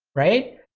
right?